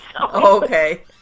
Okay